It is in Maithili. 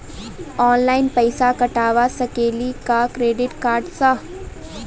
ऑनलाइन पैसा कटवा सकेली का क्रेडिट कार्ड सा?